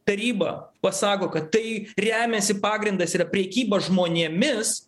taryba pasako kad tai remiasi pagrindas yra prekyba žmonėmis